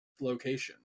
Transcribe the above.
location